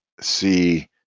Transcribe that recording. see